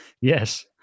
Yes